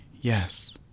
yes